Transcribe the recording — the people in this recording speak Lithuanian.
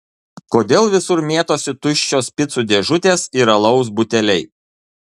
kodėl visur mėtosi tuščios picų dėžutės ir alaus buteliai